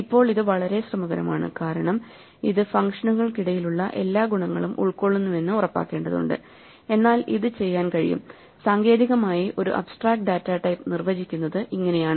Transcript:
ഇപ്പോൾ ഇത് വളരെ ശ്രമകരമാണ് കാരണം ഇത് ഫംഗ്ഷനുകൾക്കിടയിലുള്ള എല്ലാ ഗുണങ്ങളും ഉൾകൊള്ളുന്നുവെന്ന് ഉറപ്പാക്കേണ്ടതുണ്ട് എന്നാൽ ഇത് ചെയ്യാൻ കഴിയും സാങ്കേതികമായി ഒരു അബ്സ്ട്രാക്ട് ഡാറ്റാ ടൈപ്പ് നിർവചിക്കുന്നത് ഇങ്ങനെയാണ്